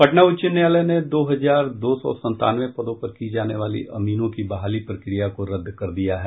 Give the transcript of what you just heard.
पटना उच्च न्यायालय ने दो हजार दो सौ सत्तानवे पदों पर की जाने वाली अमीनों की बहाली प्रक्रिया को रदद कर दिया है